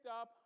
up